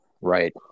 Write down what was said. Right